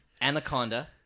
Anaconda